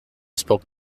spoke